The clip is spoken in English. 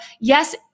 yes